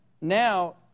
now